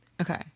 Okay